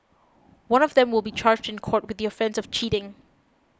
one of them will be charged in court with the offence of cheating